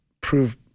prove